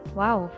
wow